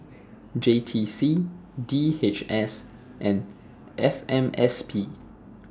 J T C D H S and F M S P